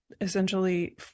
essentially